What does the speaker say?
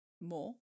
more